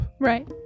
right